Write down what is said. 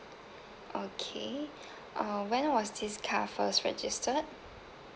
okay uh when was this car first registered